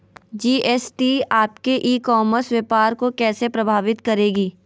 GST आपके e commerce व्यापार को कैसे प्रभावित करेगी?